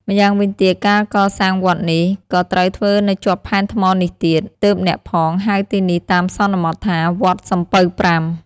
ម្យ៉ាងវិញទៀត ការកសាងវត្តនេះ ក៏ត្រូវធ្វើនៅជាប់ផែនថ្មនេះទៀត ទើបអ្នកផងហៅទីនេះតាមសន្មតថា "វត្តសំពៅប្រាំ" ។